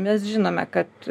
mes žinome kad